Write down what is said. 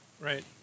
Right